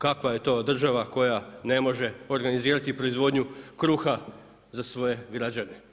Kakva je to država koja ne može organizirati proizvodnju kruha za svoje građane?